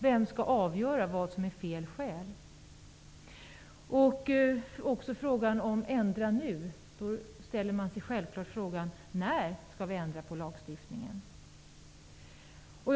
Vem skall avgöra vad som är ''fel'' skäl? Det står i betänkandet att det inte finns anledning att ''nu'' se över abortlagstiftningen. Jag ställer då frågan: När skall lagstiftningen ändras?